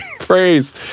Phrase